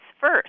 First